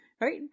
right